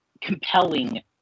compelling